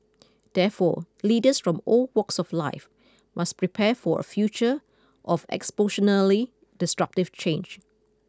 therefore leaders from all walks of life must prepare for a future of disruptive change